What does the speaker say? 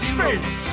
Space